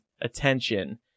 attention